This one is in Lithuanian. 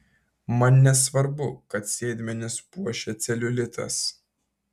man nesvarbu kad sėdmenis puošia celiulitas